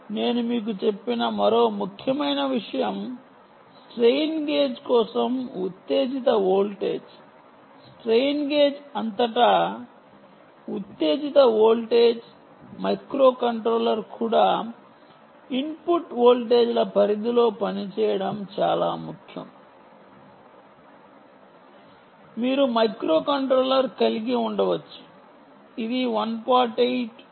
నేను మీకు చెప్పిన మరో ముఖ్యమైన విషయం స్ట్రెయిన్ గేజ్ కోసం ఉత్తేజిత వోల్టేజ్ స్ట్రెయిన్ గేజ్ అంతటా ఉత్తేజిత వోల్టేజ్ మైక్రోకంట్రోలర్ కూడా ఇన్పుట్ వోల్టేజీల పరిధిలో పనిచేయడం చాలా ముఖ్యం మీరు మైక్రోకంట్రోలర్ కలిగి ఉండవచ్చు ఇది 1